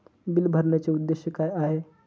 Bill भरण्याचे उद्देश काय?